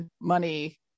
money